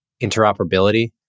interoperability